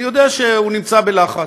אני יודע שהוא נמצא בלחץ,